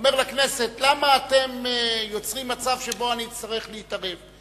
אומר לכנסת: למה אתם יוצרים מצב שבו אני אצטרך להתערב?